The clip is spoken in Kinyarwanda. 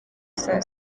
saa